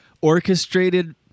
orchestrated